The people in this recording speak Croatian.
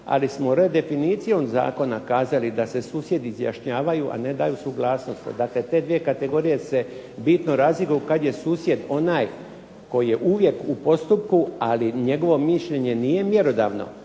ali smo redefinicijom zakona kazali da se susjedi izjašnjavaju, a ne daju suglasnost. Dakle, te dvije kategorije se bitno razlikuju kad je susjed onaj koji je uvijek u postupku, ali njegovo mišljenje nije mjerodavno